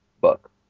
book